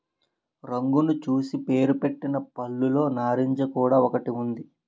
రంగును చూసి పేరుపెట్టిన పళ్ళులో నారింజ కూడా ఒకటి ఉంది